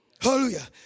Hallelujah